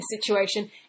situation